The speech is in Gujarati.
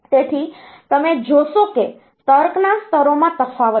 તેથી તમે જોશો કે તર્કના સ્તરોમાં તફાવત છે